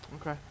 okay